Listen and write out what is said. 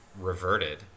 reverted